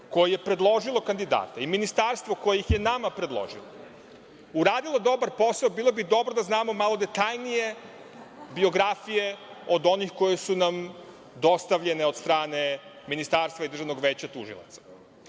koje je predložilo kandidate i ministarstvo koje ih je nama predložilo uradilo dobar posao, bilo bi dobro da znamo malo detaljnije biografije od onih koje su nam dostavljene od strane Ministarstva i Državnog veća tužilaca. Neki